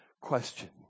Question